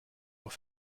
auch